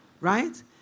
right